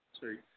Sorry